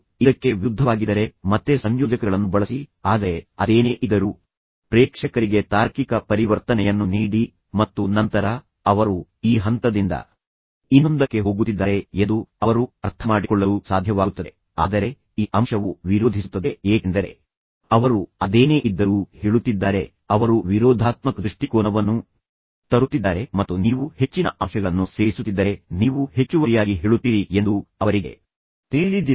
ಇದಕ್ಕೆ ವಿರುದ್ಧವಾಗಿದ್ದರೆ ಮತ್ತೆ ಸಂಯೋಜಕಗಳನ್ನು ಬಳಸಿ ಆದರೆ ಅದೇನೇ ಇದ್ದರೂ ಪ್ರೇಕ್ಷಕರಿಗೆ ತಾರ್ಕಿಕ ಪರಿವರ್ತನೆಯನ್ನು ನೀಡಿ ಮತ್ತು ನಂತರ ಅವರು ಈ ಹಂತದಿಂದ ಇನ್ನೊಂದಕ್ಕೆ ಹೋಗುತ್ತಿದ್ದಾರೆ ಎಂದು ಅವರು ಅರ್ಥಮಾಡಿಕೊಳ್ಳಲು ಸಾಧ್ಯವಾಗುತ್ತದೆ ಆದರೆ ಈ ಅಂಶವು ವಿರೋಧಿಸುತ್ತದೆ ಏಕೆಂದರೆ ಅವರು ಅದೇನೇ ಇದ್ದರೂ ಹೇಳುತ್ತಿದ್ದಾರೆ ಅವರು ವಿರೋಧಾತ್ಮಕ ದೃಷ್ಟಿಕೋನವನ್ನು ತರುತ್ತಿದ್ದಾರೆ ಮತ್ತು ನೀವು ಹೆಚ್ಚಿನ ಅಂಶಗಳನ್ನು ಸೇರಿಸುತ್ತಿದ್ದರೆ ನೀವು ಹೆಚ್ಚುವರಿಯಾಗಿ ಹೇಳುತ್ತೀರಿ ಎಂದು ಅವರಿಗೆ ತಿಳಿದಿದೆ